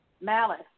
Malice